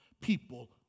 people